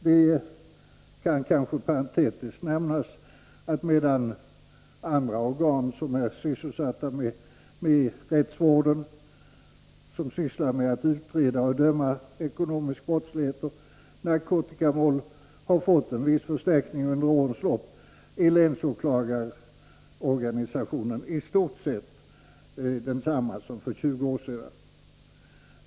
Det kan kanske parentetiskt nämnas att medan andra organ inom rättsvården, som sysslar med att utreda och döma i mål som rör ekonomisk brottslighet eller i narkotikamål, under årens lopp har fått en viss förstärkning är länsåklagarorganisationen i stort sett densamma som för 20 år sedan.